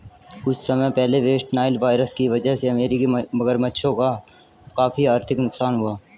कुछ समय पहले वेस्ट नाइल वायरस की वजह से अमेरिकी मगरमच्छों का काफी आर्थिक नुकसान हुआ